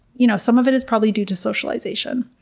you know, some of it is probably due to socialization.